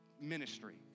ministry